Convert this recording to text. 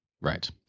Right